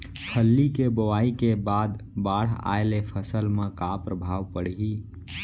फल्ली के बोआई के बाद बाढ़ आये ले फसल मा का प्रभाव पड़ही?